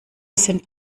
sind